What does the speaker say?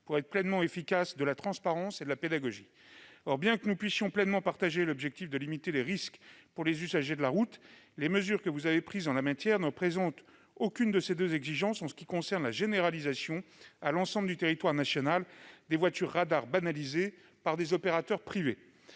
pour être pleinement efficace, de la transparence et de la pédagogie. Or, bien que nous puissions pleinement partager l'objectif de limiter les risques pour les usagers de la route, les mesures que vous avez prises concernant la généralisation à l'ensemble du territoire national des voitures radars banalisées par des opérateurs privés